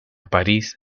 parís